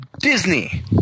Disney